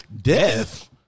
Death